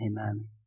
amen